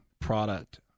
product